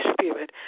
Spirit